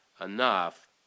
enough